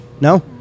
No